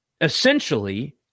essentially